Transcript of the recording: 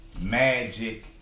Magic